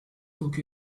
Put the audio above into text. cook